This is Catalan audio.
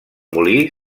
molí